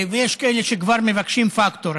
יש כאלה שכבר מבקשים פקטור.